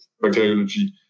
bacteriology